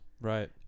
Right